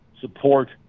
support